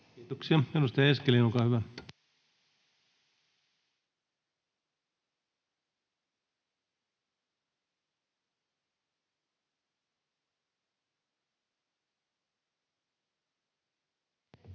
Kiitoksia. — Edustaja Eskelinen, olkaa hyvä.